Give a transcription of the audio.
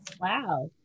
Wow